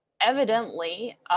evidently